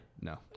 No